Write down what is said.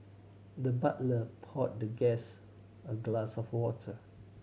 the butler poured the guest a glass of water